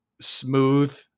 smooth